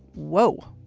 whoa,